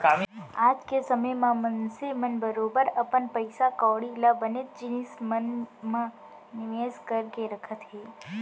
आज के समे म मनसे मन बरोबर अपन पइसा कौड़ी ल बनेच जिनिस मन म निवेस करके रखत हें